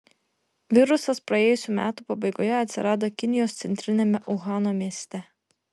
virusas praėjusių metų pabaigoje atsirado kinijos centriniame uhano mieste